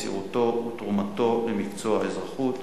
מסירותו ותרומתו למקצוע האזרחות.